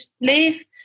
leave